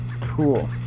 Cool